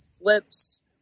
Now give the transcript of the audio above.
flips